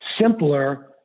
simpler